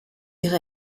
ihre